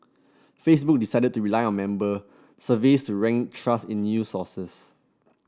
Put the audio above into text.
Facebook decided to rely on member surveys to rank trust in news sources